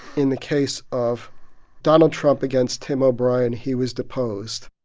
in the case of donald trump against tim o'brien, he was deposed